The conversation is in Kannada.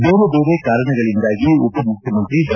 ಬೇರೆ ಬೇರೆ ಕಾರಣಗಳಿಂದಾಗಿ ಉಪ ಮುಖ್ಯಮಂತ್ರಿ ಡಾ